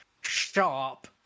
sharp